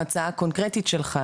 אני קוראת לכולנו להתכנס לשיח הזה,